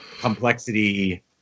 complexity